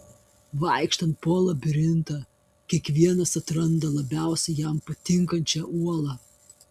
vaikštant po labirintą kiekvienas atranda labiausiai jam patinkančią uolą